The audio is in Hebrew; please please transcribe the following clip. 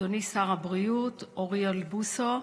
אדוני שר הבריאות אוריאל בוסו,